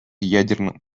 ядерным